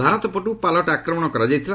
ଭାରତ ପଟରୁ ପାଲଟା ଆକ୍ରମଣ କରାଯାଇଥିଲା